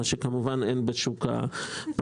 דבר שאין כמובן בשוק הפרטי.